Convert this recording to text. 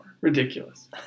Ridiculous